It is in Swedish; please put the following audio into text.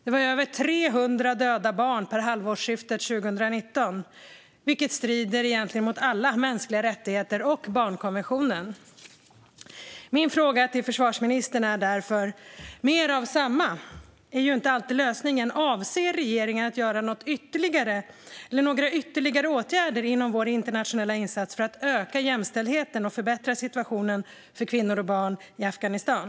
Det var över 300 döda barn per halvårsskiftet 2019, vilket strider mot egentligen alla mänskliga rättigheter och barnkonventionen. Jag har därför en fråga till försvarsministern. Mer av samma är inte alltid lösningen. Avser regeringen att göra något ytterligare eller att vidta några ytterligare åtgärder inom Sveriges internationella insats för att öka jämställdheten och förbättra situationen för kvinnor och barn i Afghanistan?